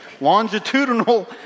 Longitudinal